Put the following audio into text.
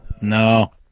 No